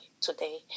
today